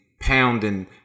pounding